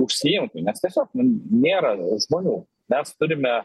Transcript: užsiimtų nes tiesiog nėra žmonių mes turime